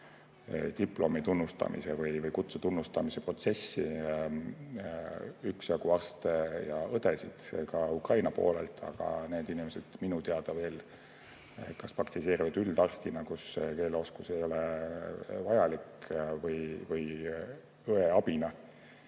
Diplomi tunnustamise või kutse tunnustamise protsessi on alustanud üksjagu arste ja õdesid ka Ukrainast, aga need inimesed minu teada kas praktiseerivad üldarstina, kus keeleoskus ei ole vajalik, või õeabina.